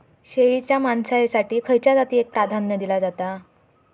शेळीच्या मांसाएसाठी खयच्या जातीएक प्राधान्य दिला जाता?